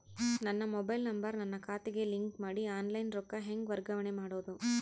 ನನ್ನ mobile number ನನ್ನ ಖಾತೆಗೆ ಲಿಂಕ್ ಮಾಡಿ ಆನ್ಲೈನ್ ರೊಕ್ಕ ಹೆಂಗ ವರ್ಗಾವಣೆ ಮಾಡೋದು?